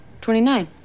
Twenty-nine